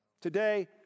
Today